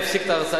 יפסיק את ההרצאה,